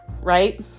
right